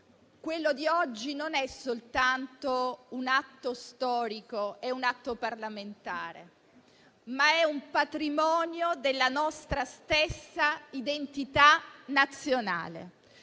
quello di oggi non è soltanto un atto storico e parlamentare, ma è un patrimonio della nostra stessa identità nazionale.